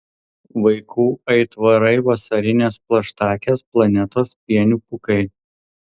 vaikų aitvarai vasarinės plaštakės planetos pienių pūkai